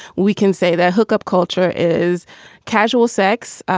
we can say that hookup culture is casual sex,